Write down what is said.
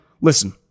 listen